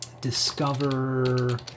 discover